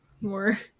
more